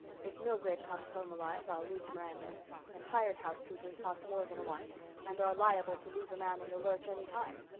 if milgrave comes home alive i'll lose miranda and hired housekeepers cost more than a wife and are liable to leave a man in the lurch any time.